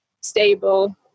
stable